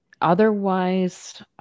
Otherwise